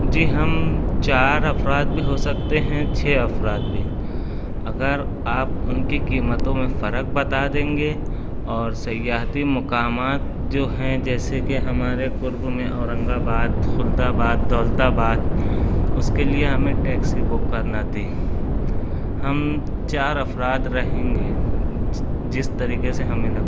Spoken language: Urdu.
جی ہم چار افراد بھی ہوسکتے ہیں چھ افراد بھی اگر آپ ان کی قیمتوں میں فرق بتا دیں گے اور سیاحتی مقامات جو ہیں جیسے کہ ہمارے قرب میں Aurangabad Khuldabad Daulatabad اس کے لیے ہمیں ٹیکسی بک کرنا تھی ہم چار افراد رہیں گے جس طریقے سے ہمیں لگتا ہے